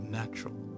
natural